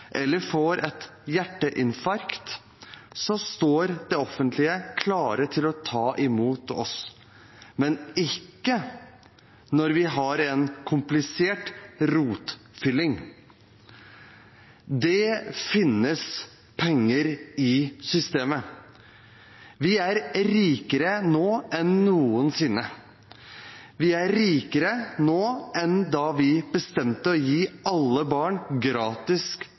eller får et hjerteinfarkt, står det offentlige klar til å ta imot oss, men ikke når vi har en komplisert rotfylling? Det finnes penger i systemet. Vi er rikere nå enn noensinne. Vi er rikere nå enn da vi bestemte å gi alle barn gratis